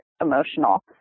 emotional